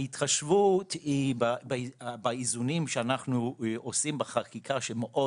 ההתחשבות היא באיזונים שאנחנו עושים בחקיקה שהם מאוד